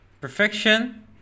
Perfection